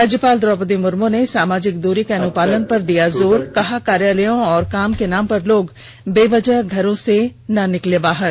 राज्य पाल द्रौपदी मुर्मू ने सामाजिक दूरी के अनुपालन पर दिया जोर कहा कार्यालयों और काम के नाम पर लोग बेवजह घरों ना निकलें बाहर